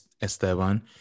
Esteban